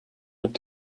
mit